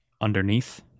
underneath